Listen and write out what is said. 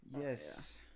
Yes